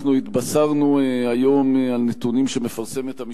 אנחנו התבשרנו היום על נתונים שהמשטרה מפרסמת על